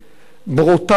"ברוטליות,